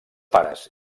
pares